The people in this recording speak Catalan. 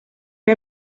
que